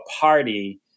party